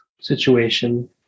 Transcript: situation